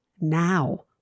now